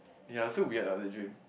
ya so weird lah the dream